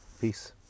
peace